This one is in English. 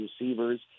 receivers